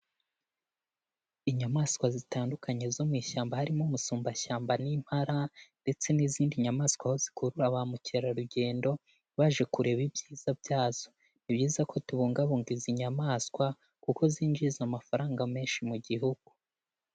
Inyamaswa zitandukanye zo mu ishyamba harimo umusumbashyamba n'impara, ndetse n'izindi nyamaswa aho zikurura bamukerarugendo baje kureba ibyiza byazo. Ni byiza ko tubungabunga izi nyamaswa, kuko zinjiriza amafaranga menshi mu gihugu.